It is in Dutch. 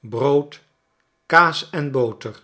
brood kaas'en boter